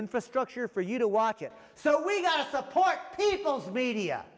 infrastructure for you to watch it so we support people's media